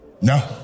No